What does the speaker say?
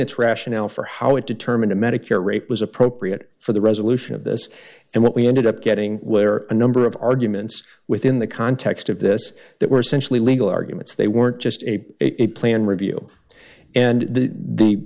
its rationale for how it determined a medicare rate was appropriate for the resolution of this and what we ended up getting were a number of arguments within the context of this that were essentially legal arguments they weren't just a a plan review and the